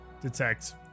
detect